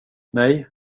nej